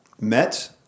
met